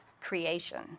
creation